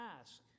ask